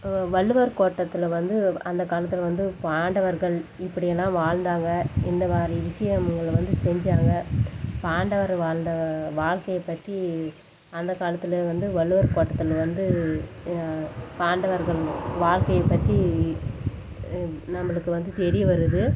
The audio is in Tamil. வள்ளுவர் கோட்டத்தில் வந்து அந்த காலத்தில் வந்து பாண்டவர்கள் இப்படியெல்லா வாழ்ந்தாங்க இந்த மாதிரி விஷயங்கள் வந்து செஞ்சாங்க பாண்டவர் வாழ்ந்த வாழ்க்கையை பற்றி அந்த காலத்தில் வந்து வள்ளுவர் கோட்டத்தில் வந்து பாண்டவர்கள் வாழ்க்கையை பற்றி நம்பளுக்கு வந்து தெரிய வருது